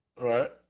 Right